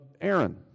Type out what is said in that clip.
Aaron